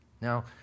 Now